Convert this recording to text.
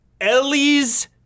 Ellie's